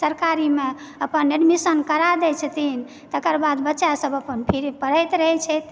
सरकारीमे अपन एडमिशन करा दय छथिन तकरबाद बच्चासभ अपन फ्री पढ़ैत रहय छथि